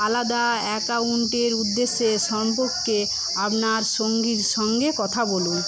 আলাদা অ্যাকাউন্টের উদ্দেশ্যে সম্পর্কে আপনার সঙ্গীর সঙ্গে কথা বলুন